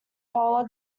cola